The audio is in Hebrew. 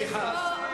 זו המלצה.